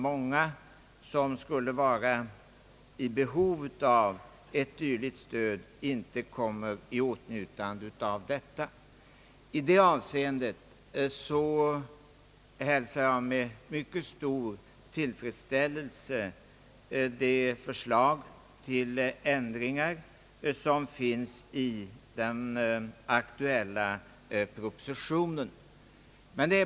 många som skulle vara i behov av ett dylikt stöd inte kommer i åtnjutande av det. I detta avseende hälsar jag med stor tillfredsställelse de förslag till ändringar som finns i den aktuella propositionen.